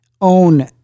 own